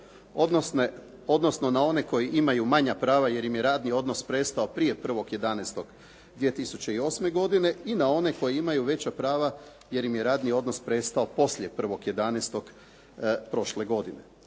odnosno na one koji imaju manja prava jer im je radni odnos prestao prije 1.11.2008. godine i na one koji imaju veća prava jer im je radni odnos prestao poslije 1.11. prošle godine.